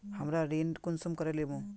हमरा ऋण कुंसम करे लेमु?